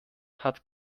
hat